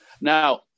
Now